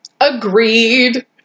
Agreed